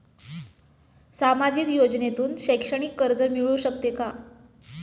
सामाजिक योजनेतून शैक्षणिक कर्ज मिळू शकते का?